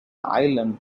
island